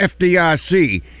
FDIC